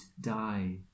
die